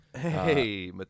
Hey